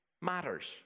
matters